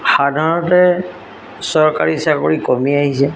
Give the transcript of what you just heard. সাধাৰণতে চৰকাৰী চাকৰি কমি আহিছে